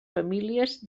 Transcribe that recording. famílies